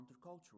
countercultural